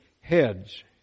heads